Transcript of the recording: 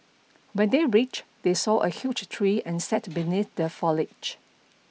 when they reached they saw a huge tree and sat beneath the foliage